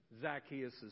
Zacchaeus